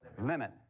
limit